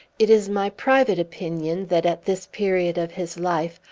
it is my private opinion that, at this period of his life,